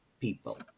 people